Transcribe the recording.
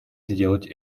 сделать